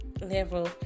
level